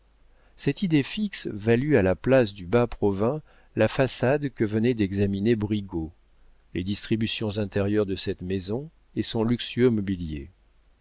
cette idée fixe valut à la place du bas provins la façade que venait d'examiner brigaut les distributions intérieures de cette maison et son luxueux mobilier